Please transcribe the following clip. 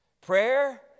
Prayer